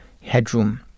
headroom